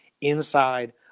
inside